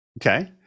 Okay